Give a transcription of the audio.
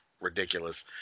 ridiculous